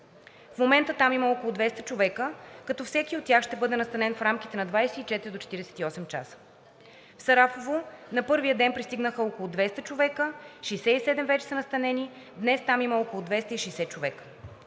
В момента там има около 200 човека, като всеки от тях ще бъде настанен в рамките на 24 до 48 часа. В Сарафово на първия ден пристигнаха около 200 човека, 67 вече са настанени, днес там има около 260 човека.